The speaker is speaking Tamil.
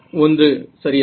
1 சரியா